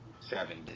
seven